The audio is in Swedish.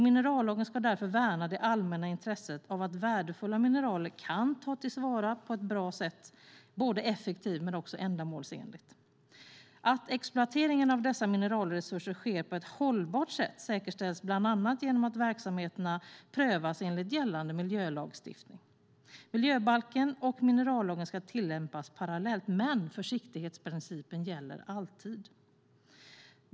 Minerallagen ska därför värna det allmänna intresset av att värdefulla mineraler kan tas till vara på ett effektivt och ändamålsenligt sätt. Att exploateringen av dessa mineralresurser sker på ett hållbart sätt säkerställs bland annat genom att verksamheterna prövas enligt gällande miljölagstiftning. Miljöbalken och minerallagen ska tillämpas parallellt, men försiktighetsprincipen gäller alltid.